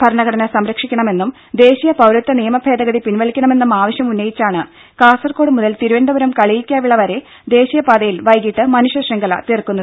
ഭരണഘടന സംരക്ഷിക്കണമെന്നും ദേശീയ പൌരത്വ നിയമ ഭേദഗതി പിൻവലിക്കണമെന്നും ആവശ്യം ഉന്നയിച്ചാണ് കാസർകോട് മുതൽ തിരുവനന്തപുരം കളിയിക്കാവിള വരെ ദേശീയപാതയിൽ വൈകീട്ട് മനുഷ്യ ശൃംഖല തീർക്കുന്നത്